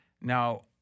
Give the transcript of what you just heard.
Now